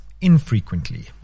infrequently